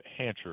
Hancher